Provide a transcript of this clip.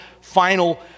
final